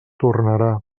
tornarà